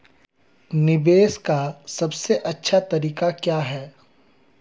निवेश का सबसे अच्छा तरीका क्या है?